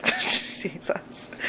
Jesus